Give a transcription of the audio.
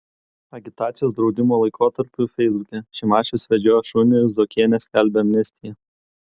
agitacijos draudimo laikotarpiu feisbuke šimašius vedžiojo šunį zuokienė skelbė amnestiją